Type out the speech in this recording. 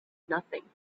nothing